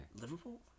Liverpool